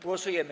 Głosujemy.